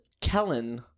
kellen